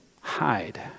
hide